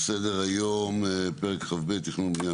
על סדר היום פרק כ"ב (תכנון ובנייה),